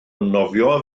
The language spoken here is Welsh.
nofio